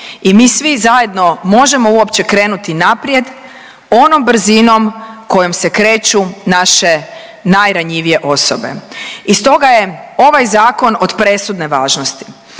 i mi svi zajedno možemo uopće krenuti naprijed onom brzinom kojom se kreću naše najranjivije osobe i stoga je ovaj Zakon od presudne važnosti,